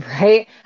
Right